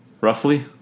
Roughly